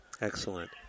Excellent